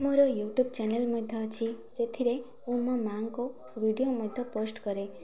ମୋର YouTube channel ମଧ୍ୟ ଅଛି ସେଥିରେ ମୁଁ ମୋ ମା'ଙ୍କ ଭିଡ଼ିଓ ମଧ୍ୟ ପୋଷ୍ଟ କରେ